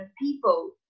people